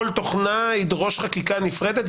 כל תוכנה ידרוש חקיקה נפרדת?